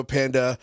Panda